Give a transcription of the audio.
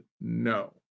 no